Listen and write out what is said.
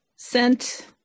sent